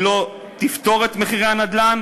היא לא תפתור את בעיית מחירי הנדל"ן,